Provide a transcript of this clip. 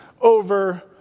over